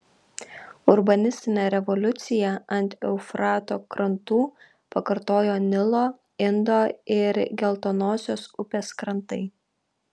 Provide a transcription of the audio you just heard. urbanistinę revoliuciją ant eufrato krantų pakartojo nilo indo ir geltonosios upės krantai